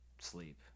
sleep